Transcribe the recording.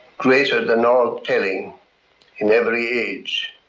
greater than all telling in every age